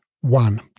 One